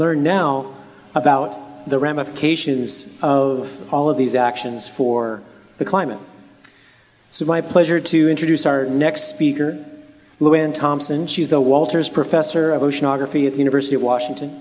learn now about the ramifications of all of these actions for the climate so my pleasure to introduce our next speaker lynne thompson she's the walters professor of oceanography at the university of washington